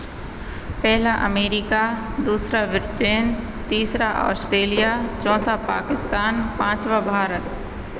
पहला अमेरिका दूसरा व्रितेन तीसरा ऑस्ट्रेलिया चौथा पाकिस्तान पाँचवा भारत